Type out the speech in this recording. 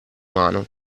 mano